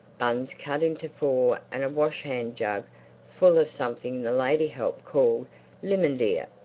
buns cut into four and a washhand jug full of something the lady-help called limonadear.